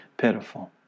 pitiful